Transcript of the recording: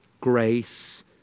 grace